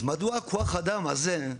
אז מדוע כוח האדם הזה,